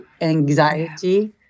anxiety